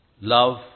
love